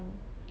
mm